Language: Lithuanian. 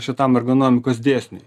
šitam ergonomikos dėsniui